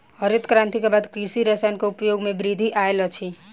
हरित क्रांति के बाद कृषि रसायन के उपयोग मे वृद्धि आयल अछि